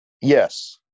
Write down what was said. yes